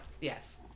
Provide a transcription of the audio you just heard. yes